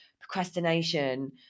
procrastination